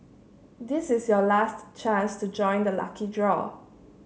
this is your last chance to join the lucky draw